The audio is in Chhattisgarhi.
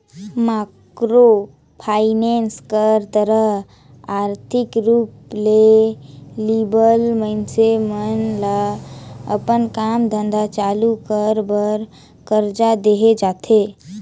माइक्रो फाइनेंस कर तहत आरथिक रूप ले लिबल मइनसे मन ल अपन काम धंधा चालू कर बर करजा देहल जाथे